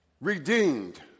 redeemed